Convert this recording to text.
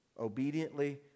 obediently